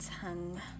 tongue